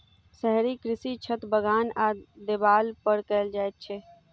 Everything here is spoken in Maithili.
शहरी कृषि छत, बगान आ देबाल पर कयल जाइत छै